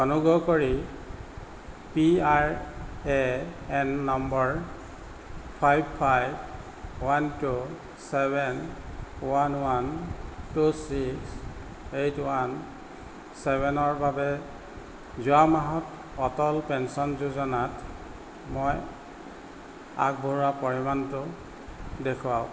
অনুগ্ৰহ কৰি PRAN number five five one two seven one one two six eight one চেভেনৰ বাবে যোৱা মাহত অটল পেঞ্চন যোজনাত মই আগবঢ়োৱা পৰিমাণটো দেখুৱাওক